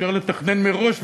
אפשר לתכנן מראש,